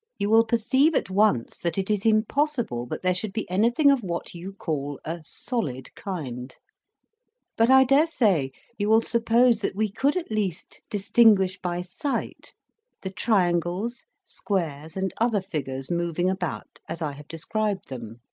you will perceive at once that it is impossible that there should be anything of what you. call a solid kind but i dare say you will suppose that we could at least distinguish by sight the triangles squares and other figures moving about as i have described them.